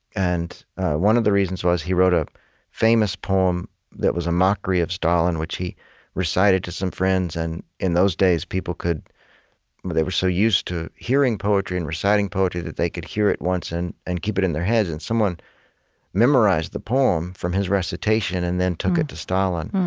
and one of the reasons was, he wrote a famous poem that was a mockery of stalin, which he recited to some friends. and in those days, people could but they were so used to hearing poetry and reciting poetry that they could hear it once and keep it in their heads. and someone memorized the poem from his recitation and then took it to stalin,